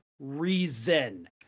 reason